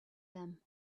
them